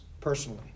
Personally